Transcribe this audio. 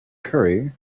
curry